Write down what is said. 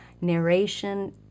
narration